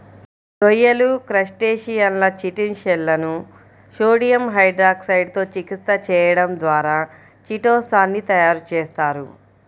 రొయ్యలు, క్రస్టేసియన్ల చిటిన్ షెల్లను సోడియం హైడ్రాక్సైడ్ తో చికిత్స చేయడం ద్వారా చిటో సాన్ ని తయారు చేస్తారు